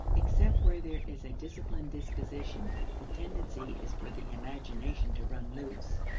except where there is a disciplined disposition, the tendency is for the imagination to run loose.